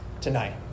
tonight